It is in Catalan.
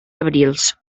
abrils